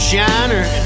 shiner